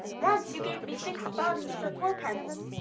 once you gave me six buns for fourpence,